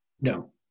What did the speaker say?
No